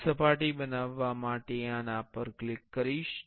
હું સપાટી બનાવવા માટે આના પર ક્લિક કરીશ